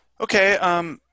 Okay